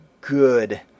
good